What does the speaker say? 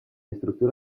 estructura